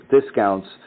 discounts